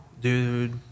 dude